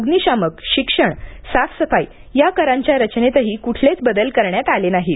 अग्निशामक शिक्षण साफसफाई या करांच्या रचनेतही कुठलेच बदल करण्यात आले नाहीत